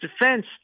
defense